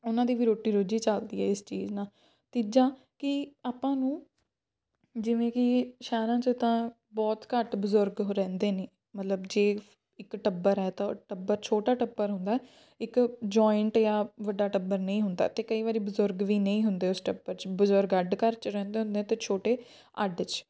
ਉਹਨਾਂ ਦੀ ਵੀ ਰੋਟੀ ਰੋਜੀ ਚਲਦੀ ਹੈ ਇਸ ਚੀਜ਼ ਨਾਲ ਤੀਜਾ ਕੀ ਆਪਾਂ ਨੂੰ ਜਿਵੇਂ ਕਿ ਸ਼ਹਿਰਾਂ 'ਚ ਤਾਂ ਬਹੁਤ ਘੱਟ ਬਜ਼ੁਰਗ ਉਹ ਰਹਿੰਦੇ ਨੇ ਮਤਲਬ ਜੇ ਇੱਕ ਟੱਬਰ ਹੈ ਤਾਂ ਉਹ ਟੱਬਰ ਛੋਟਾ ਟੱਬਰ ਹੁੰਦਾ ਇੱਕ ਜੁਆਇੰਟ ਜਾਂ ਵੱਡਾ ਟੱਬਰ ਨਹੀਂ ਹੁੰਦਾ ਅਤੇ ਕਈ ਵਾਰੀ ਬਜ਼ੁਰਗ ਵੀ ਨਹੀਂ ਹੁੰਦੇ ਉਸ ਟੱਬਰ 'ਚ ਬਜ਼ੁਰਗ ਅੱਡ ਘਰ 'ਚ ਰਹਿੰਦੇ ਹੁੰਦੇ ਅਤੇ ਛੋਟੇ ਅੱਡ 'ਚ